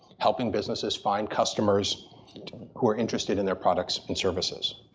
helping businesses find customers who are interested in their products and services.